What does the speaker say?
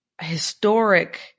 historic